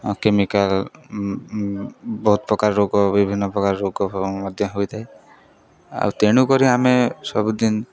chemical ବହୁତ ପ୍ରକାର ରୋଗ ବିଭିନ୍ନ ପ୍ରକାର ରୋଗ ଫୋଗ ମଧ୍ୟ ହୋଇଥାଏ ଆଉ ତେଣୁକରି ଆମେ ସବୁଦିନ